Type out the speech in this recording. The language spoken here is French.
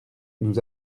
nous